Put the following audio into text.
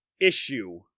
issue